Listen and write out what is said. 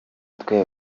twe